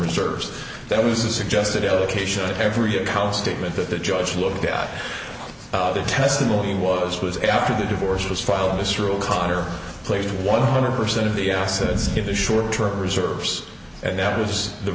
reserves that was a suggested allocation of every account statement that the judge looked at the testimony was was after the divorce was filed this rule conner placed one hundred percent of the assets give the short term reserves and that was the